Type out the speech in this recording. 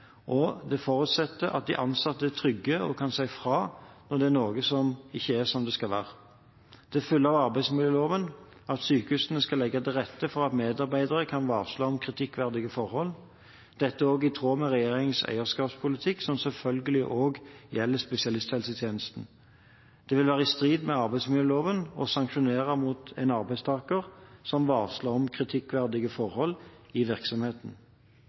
og det forutsetter at de ansatte er trygge og kan si fra når det er noe som ikke er som det skal være. Det følger av arbeidsmiljøloven at sykehusene skal legge til rette for at medarbeidere kan varsle om kritikkverdige forhold. Dette er også i tråd med regjeringens eierskapspolitikk, som selvfølgelig også gjelder spesialisthelsetjenesten. Det vil være i strid med arbeidsmiljøloven å sanksjonere mot en arbeidstaker som varsler om kritikkverdige forhold i virksomheten.